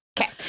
Okay